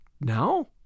Now